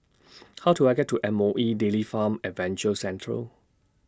How Do I get to M O E Dairy Farm Adventure Central